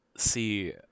see